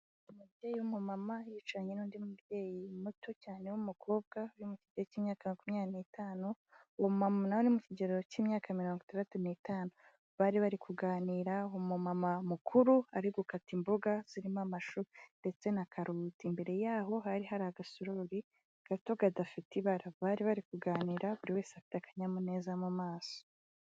Umubyeyi w'umu mama yicaranye n'undi mubyeyi muto cyane w'umukobwa, uri mu kigero cy'imyaka makumyabiri n'itanu, uwo mu mama na we uri mu kigero cy'imyaka mirongo itandatu n'itanu, bari bari kuganira; umu mama mukuru ari gukata imboga, zirimo amashu ndetse na karoti. Imbere yaho hari hari agasorori gato kadafite ibara. Bari bari kuganira, buri wese afite akanyamuneza mu maso.